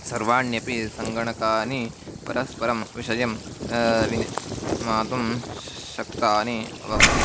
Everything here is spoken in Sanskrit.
सर्वाण्यपि सङ्गणकानि परस्परं विषयं विनिमातुं शक्तानि अभूत्